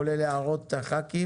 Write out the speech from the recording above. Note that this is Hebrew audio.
כולל הערות חברי הכנסת